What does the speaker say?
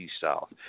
south